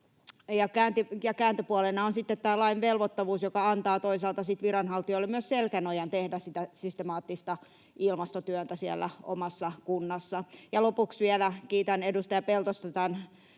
kääntöpuolena on sitten tämä lain velvoittavuus, joka antaa toisaalta sitten viranhaltijoille myös selkänojan tehdä sitä systemaattista ilmastotyötä siellä omassa kunnassa. Ja lopuksi vielä kiitän edustaja Peltosta